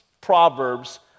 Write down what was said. Proverbs